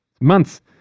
Months